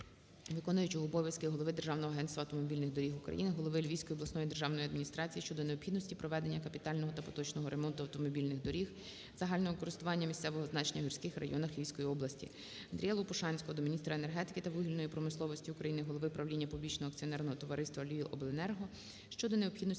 виконуючого обов'язки голови Державного агентства автомобільних доріг України, голови Львівської обласної державної адміністрації щодо необхідності проведення капітального та поточного ремонту автомобільних доріг загального користування місцевого значення у гірських районах Львівській області. АндріяЛопушанського до міністра енергетики та вугільної промисловості України, голови правління Публічного акціонерного товариства «Львівобленерго» щодо необхідності